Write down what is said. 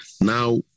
Now